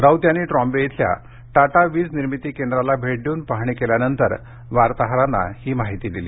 राऊत यांनी ट्रॉम्बे इथल्या टाटा वीज निर्मिती केंद्राला भेट देऊन पाहणी केल्यानंतर वार्ताहरांना ही माहिती दिली